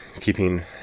keeping